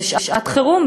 זו שעת-חירום,